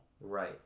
right